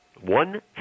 one